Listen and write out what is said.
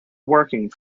working